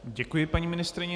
Děkuji paní ministryni.